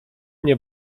nie